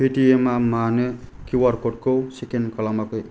पेटिएमआ मानो किउआर क'डखौ स्केन खालामाखै